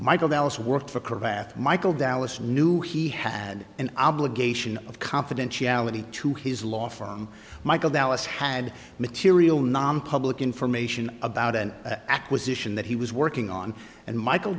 michael dell's worked for curve ath michael dallas knew he had an obligation of confidentiality to his law firm michael dallas had material nonpublic information about an acquisition that he was working on and michael